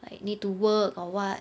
like need to work or [what]